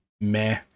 meh